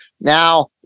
now